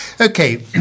Okay